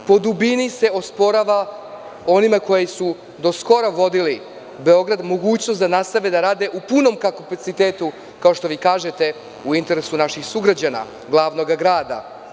Po dubini se osporava onima koji su do skora vodili Beograd, mogućnost da nastave da rade u punom kapacitetu, kao što vi kažete, u interesu naših sugrađana glavnoga grada.